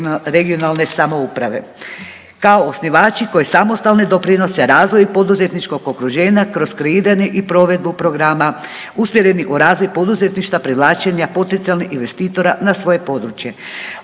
regionalne samouprave kao osnivači koji samostalno doprinose razvoju poduzetničkog okruženja kroz kreiranje i provedbu programa usmjerenih u razvoj poduzetništva, privlačenja potencijalnih investitora na svoje područje.